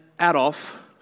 Adolf